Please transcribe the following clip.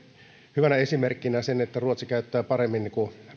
hyvänä esimerkkinä sen että ruotsi käyttää paremmin